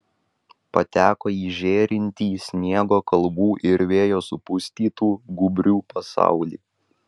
pateko į žėrintį sniego kalvų ir vėjo supustytų gūbrių pasaulį